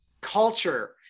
culture